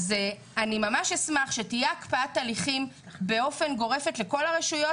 ממש אשמח שתהיה הקפאת הליכים באופן גורף לכל הרשויות